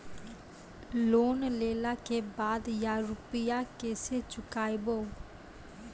Loan लेला के बाद या रुपिया केसे चुकायाबो?